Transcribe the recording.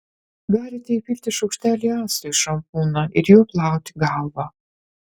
galite įpilti šaukštelį acto į šampūną ir juo plauti galvą